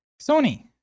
Sony